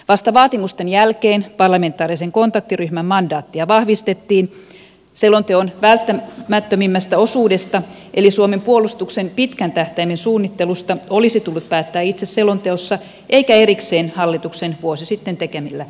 vasta vaatimusten jälkeen parlamentaarisen kontaktiryhmän mandaattia vahvistettiin selonteon välttämättömimmästä osuudesta eli suomen puolustuksen pitkän tähtäimen suunnittelusta olisi tullut päättää itse selonteossa eikä erikseen hallituksen vuosi sitten tekemillä päätöksillä